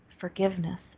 forgiveness